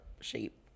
shape